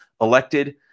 elected